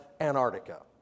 Antarctica